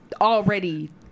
already